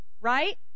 right